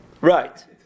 Right